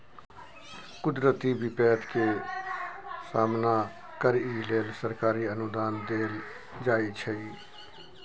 कुदरती बिपैत के सामना करइ लेल सरकारी अनुदान देल जाइ छइ